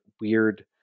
weird